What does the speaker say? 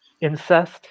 incest